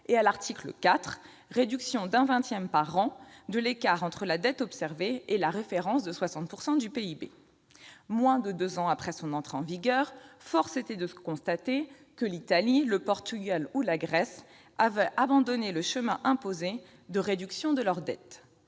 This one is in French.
qu'à l'article 4 - une réduction d'un vingtième par an de l'écart entre la dette observée et la référence de 60 % du PIB. Moins de deux ans après son entrée en vigueur, force était de constater que l'Italie, le Portugal ou la Grèce avaient abandonné le chemin imposé de la réduction de leur dette.